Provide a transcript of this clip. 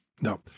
No